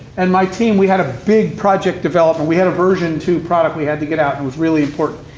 and my team, we had a big project development, we had a version two product we had to get out, and it was really important.